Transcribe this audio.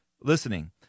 listening